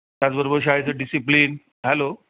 त्याचबरोबर शाळेचं discipline hello